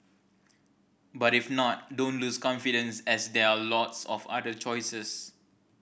but if not don't lose confidence as there are lots of other choices